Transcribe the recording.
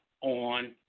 on